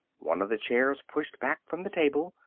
one of the chairs pushed back from the table,